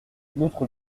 notre